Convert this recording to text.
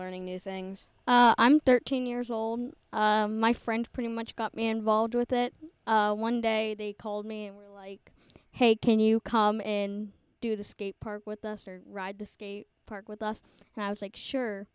learning new things i'm thirteen years old my friend pretty much got me involved with it one day they called me and we're like hey can you come in do the skate park with us or ride the skate park with us and i was like sure